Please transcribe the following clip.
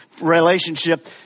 relationship